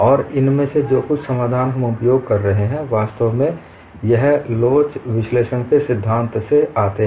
और इनमें से जो कुछ समाधान हम उपयोग कर रहे हैं वास्तव में यह लोच विश्लेषण के सिद्धांत से आते हैं